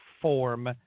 form